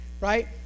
Right